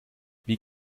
wie